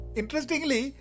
interestingly